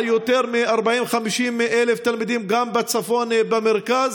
ויותר מ-50,000-40,000 תלמידים גם בצפון ובמרכז.